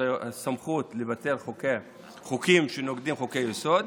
הסמכות לבטל חוקים שנוגדים את חוקי-היסוד.